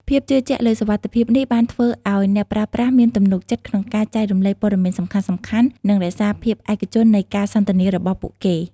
ភាពជឿជាក់លើសុវត្ថិភាពនេះបានធ្វើឱ្យអ្នកប្រើប្រាស់មានទំនុកចិត្តក្នុងការចែករំលែកព័ត៌មានសំខាន់ៗ និងរក្សាភាពឯកជននៃការសន្ទនារបស់ពួកគេ។